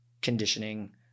conditioning